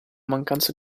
mancanza